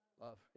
love